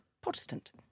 Protestant